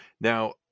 Now